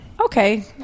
Okay